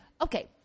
okay